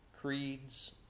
creeds